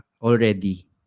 already